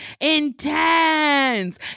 Intense